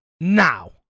now